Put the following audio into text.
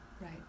Right